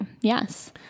yes